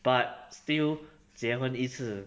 but still 结婚一次